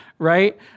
right